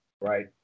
Right